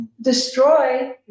destroy